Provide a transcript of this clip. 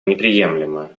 неприемлема